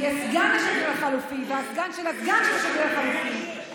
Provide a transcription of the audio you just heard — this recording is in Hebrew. ויהיה סגן השגריר החלופי והסגן של הסגן של השגריר החלופי.